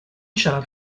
siarad